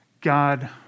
God